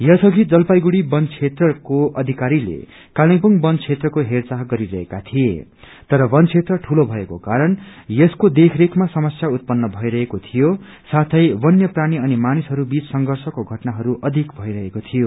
यस अधि जलपाइगुड़ी वन क्षेत्रको अधिकारीले कालेवुङ वनक्षेत्रको हेरचाह गरिरहेका थिए तर वन क्षेत्र दूलो भएको कारण यसको देखरेखमा समस्या उत्पन्न भइरहेको थियो साौँ व्नय प्राणी अनि मानिसहरू बीच संघषको घटनाहरू अधिक भइरहेको शियो